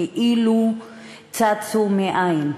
כאילו צצו מאין,